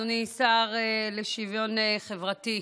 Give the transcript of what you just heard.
אדוני השר לשוויון חברתי,